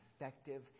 effective